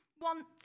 want